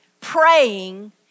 praying